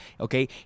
okay